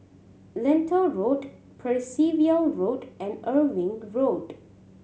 Lentor Road Percival Road and Irving Road